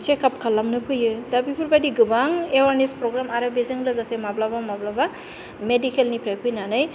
checkup खालामनो फैयो दा बेफोरबादि गोबां एवेयारनेस पग्राम आरो बेजों लोगोसे माब्लाबा माब्लाबा मेडिकेलनिफ्राय फैनानै